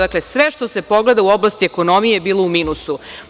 Dakle, sve što se pogleda u oblasti ekonomije bilo je u minusu.